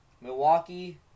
Milwaukee